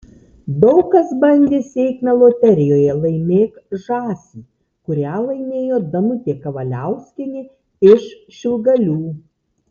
daug kas bandė sėkmę loterijoje laimėk žąsį kurią laimėjo danutė kavaliauskienė iš šilgalių